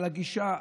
על הגישה,